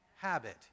habit